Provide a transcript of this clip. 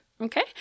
Okay